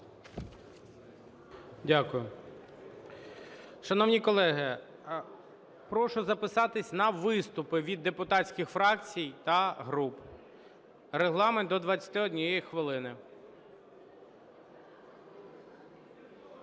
Дякую. Шановні колеги, прошу записатися на виступи від депутатських фракцій та груп. Регламент – до 21 хвилини.